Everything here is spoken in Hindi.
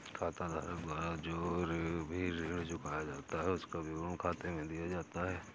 खाताधारक द्वारा जो भी ऋण चुकाया जाता है उसका विवरण खाते में दिखता है